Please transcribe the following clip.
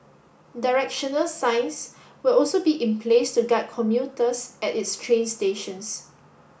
directional signs will also be in place to guide commuters at its train stations